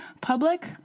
Public